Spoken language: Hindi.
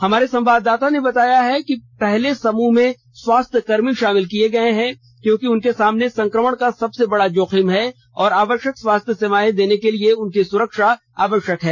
हमारे संवाददाता ने बताया है कि पहले समूह में स्वास्थ्य कर्मी शामिल किए गए हैं क्योंकि उनके सामने संक्रमण का सबसे बड़ा जोखिम है और आवश्यक स्वास्थ्य सेवाएं देने के लिए उनकी सुरक्षा जरूरी है